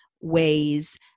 ways